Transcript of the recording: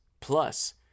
plus